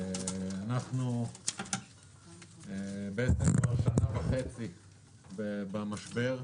אנחנו בעצם כבר שנה וחצי במשבר.